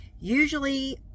usually